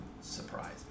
surprise